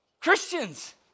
Christians